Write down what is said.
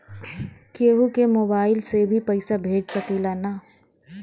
केहू के मोवाईल से भी पैसा भेज सकीला की ना?